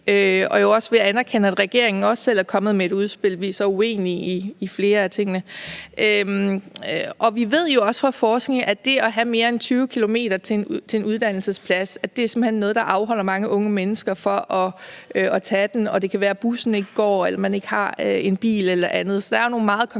også ved at anerkende, at regeringen også selv er kommet med et udspil. Vi er så uenige i flere af tingene. Vi ved jo også fra forskning, at det at have mere end 20 km til en uddannelsesplads simpelt hen er noget, der afholder mange unge mennesker fra at tage den, og det kan være, at bussen ikke går, eller at man ikke har en bil eller andet. Så der er nogle meget konkrete